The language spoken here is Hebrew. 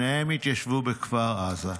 שניהם התיישבו בכפר עזה.